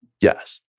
Yes